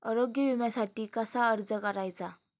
आरोग्य विम्यासाठी कसा अर्ज करायचा?